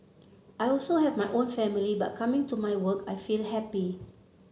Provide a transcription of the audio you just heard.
I also have my own family but coming to my work I feel happy